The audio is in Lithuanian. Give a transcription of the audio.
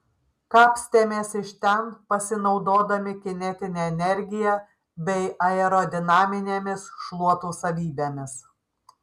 kapstėmės iš ten pasinaudodami kinetine energija bei aerodinaminėmis šluotų savybėmis